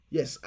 Yes